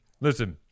Listen